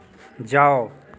जाओ